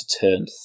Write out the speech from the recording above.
turn